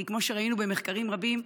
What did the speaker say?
כמו שראינו במחקרים רבים,